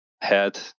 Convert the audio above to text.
head